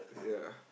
ya